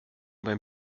beim